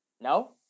No